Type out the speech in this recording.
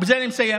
ובזה אני מסיים,